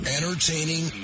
Entertaining